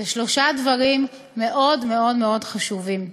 אלה שלושה דברים מאוד מאוד מאוד חשובים.